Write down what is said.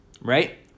right